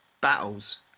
battles